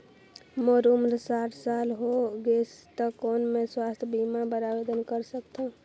मोर उम्र साठ साल हो गे से त कौन मैं स्वास्थ बीमा बर आवेदन कर सकथव?